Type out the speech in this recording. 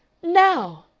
now!